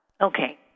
okay